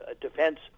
defense